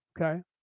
okay